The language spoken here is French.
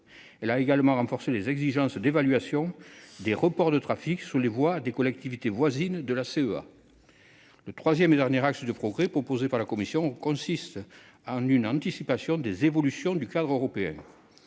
Elle a également renforcé les exigences d'évaluation des reports de trafic sur les voies des collectivités voisines de la CEA. Le troisième et dernier axe de progrès défendu par la commission consiste en une anticipation des évolutions du cadre européen.